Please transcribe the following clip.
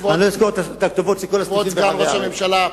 אני לא אזכור את הכתובות של כל הסניפים ברחבי הארץ.